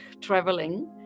traveling